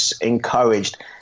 encouraged